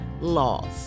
laws